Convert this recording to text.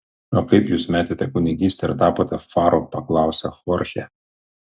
o kaip jūs metėte kunigystę ir tapote faru paklausė chorchė